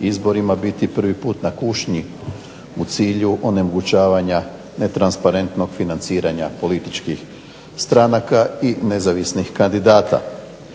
izborima biti prvi put na kušnji u cilju onemogućavanja netransparentnog financiranja političkih stranaka i nezavisnih kandidata.